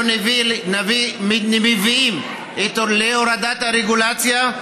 אנחנו מביאים להורדת הרגולציה,